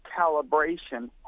calibration